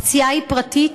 הפציעה היא פרטית,